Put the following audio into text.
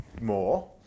more